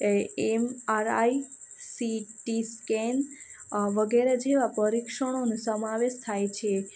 M R I C T scan વગેરે જેવા પરિક્ષણોનો સમાવેશ થાય છે